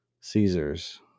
Caesars